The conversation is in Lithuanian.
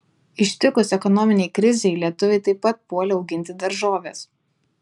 ištikus ekonominei krizei lietuviai taip pat puolė auginti daržoves